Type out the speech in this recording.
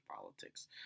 politics